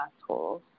assholes